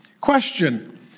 Question